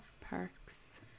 Parks